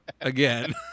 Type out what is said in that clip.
again